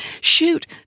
Shoot